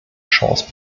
chance